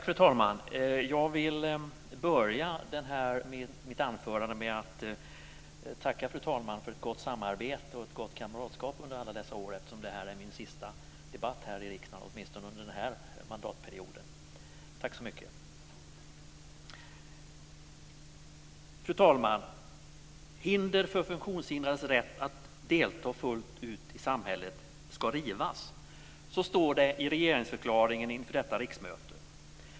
Fru talman! Jag vill börja mitt anförande med att tacka fru talman för ett gott samarbete och ett gott kamratskap under alla dessa år, eftersom det här är min sista debatt här i riksdagen, åtminstone under den här mandatperioden. Tack så mycket. Fru talman! "Hinder för funktionshindrades rätt att delta fullt ut i samhället ska rivas." Så står det i regeringsförklaringen inför detta riksmöte.